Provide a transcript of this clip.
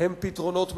הם פתרונות מקומיים.